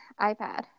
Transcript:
iPad